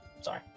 Sorry